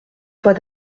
fois